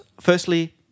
firstly